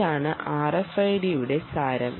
ഇതാണ് RFID യുടെ സാരം